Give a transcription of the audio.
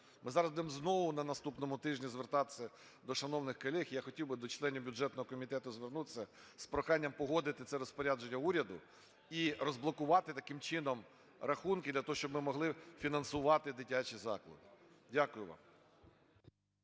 Ми зараз будемо знову на наступному тижні звертатися до шановних колег. Я хотів би до членів бюджетного комітету звернутися з проханням погодити це розпорядження уряду і розблокувати таким чином рахунки для того, щоб ми могли фінансувати дитячі заклади. Дякую вам.